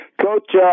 Coach